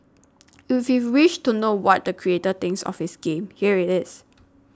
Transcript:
if you wish to know what the creator thinks of his game here it is